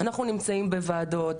אנחנו נמצאים בוועדות,